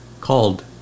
called